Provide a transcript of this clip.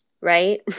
right